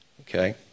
okay